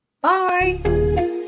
bye